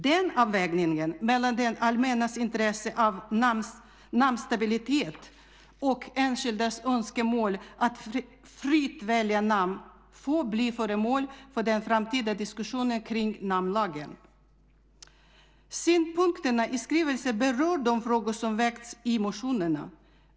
Den avvägningen mellan det allmännas intresse av namnstabilitet och enskildas önskemål att fritt välja namn får bli föremål för den framtida diskussionen kring namnlagen. Synpunkterna i skrivelsen berör de frågor som väckts i motionerna.